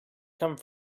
come